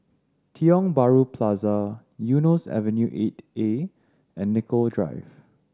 Tiong Bahru Plaza Eunos Avenue Eight A and Nicoll Drive